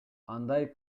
андай